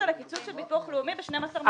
הקיצוץ בביטוח הלאומי של 12 מיליון שקל?